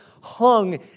hung